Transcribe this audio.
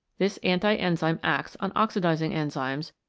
this anti-enzyme acts on oxidising enzymes,